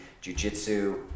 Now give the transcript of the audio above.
Jiu-jitsu